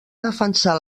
defensar